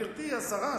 גברתי השרה,